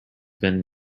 been